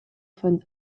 von